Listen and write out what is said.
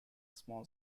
small